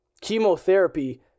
Chemotherapy